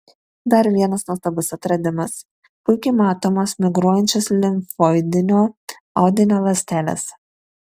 dar vienas nuostabus atradimas puikiai matomos migruojančios limfoidinio audinio ląstelės